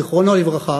זיכרונו לברכה,